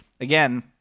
Again